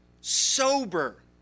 sober